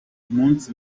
umunsi